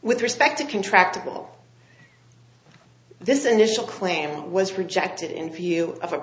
with respect to contract to pull this initial claim was rejected in view of a